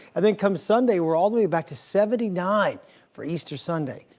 i mean come sunday, we're all the way back to seventy nine for easter sunday.